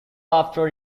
after